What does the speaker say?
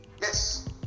Yes